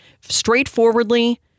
straightforwardly